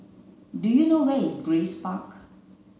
do you know where is Grace Park